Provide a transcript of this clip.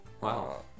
Wow